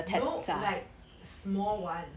no like small [one]